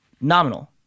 nominal